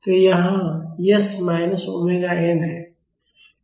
तो यहाँ s minus omega n है